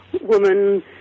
woman